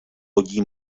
lodí